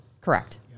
Correct